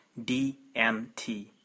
DMT